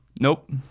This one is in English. nope